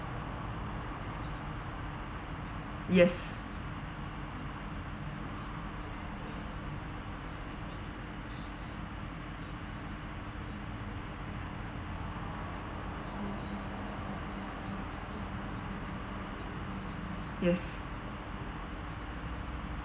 yes yes